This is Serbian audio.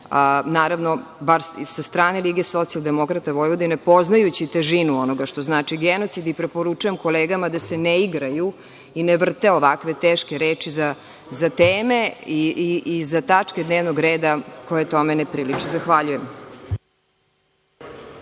Naravno, bar i sa strane LSV, poznajući težinu onoga što znači genocid, preporučujem kolegama da se ne igraju i ne vrte ovakve teške reči za teme i za tačke dnevnog reda koje tome ne priliče. Zahvaljujem.